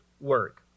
work